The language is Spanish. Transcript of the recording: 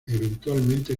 eventualmente